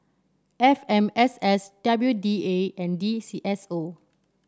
F M S S W D A and D C S O